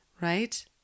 right